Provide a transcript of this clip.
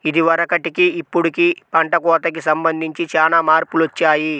ఇదివరకటికి ఇప్పుడుకి పంట కోతకి సంబంధించి చానా మార్పులొచ్చాయ్